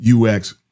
UX